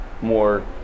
more